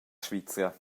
svizra